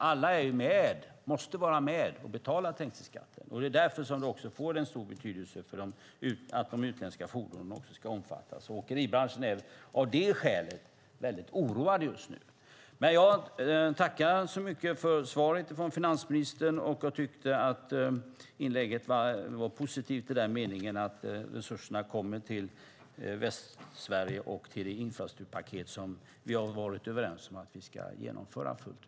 Alla måste vara med och betala trängselskatten, och det är därför av stor betydelse att de utländska fordonen också ska omfattas. Av det skälet är åkeribranschen väldigt oroad just nu. Jag tackar för finansministerns svar. Inlägget var positivt i den meningen att resurserna kommer till Västsverige och till det infrastrukturpaket som vi har varit överens om att vi ska genomföra fullt ut.